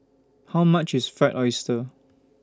How much IS Fried Oyster